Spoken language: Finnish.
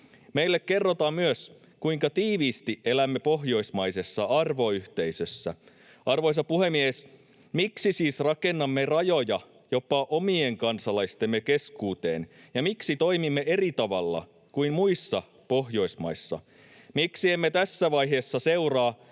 Meille kerrotaan myös, kuinka tiiviisti elämme pohjoismaisessa arvoyhteisössä. Arvoisa puhemies! Miksi siis rakennamme rajoja jopa omien kansalaistemme keskuuteen ja miksi toimimme eri tavalla kuin muissa Pohjoismaissa? Miksi emme tässä vaiheessa seuraa,